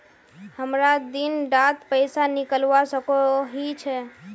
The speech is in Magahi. हमरा दिन डात पैसा निकलवा सकोही छै?